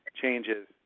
changes